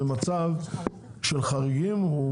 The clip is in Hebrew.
במצב של חריגים,